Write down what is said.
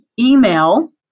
email